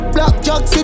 Blackjack